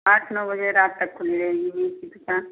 आठ नौ बजे रात तक खुली रहेगी बीज की दुकान